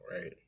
right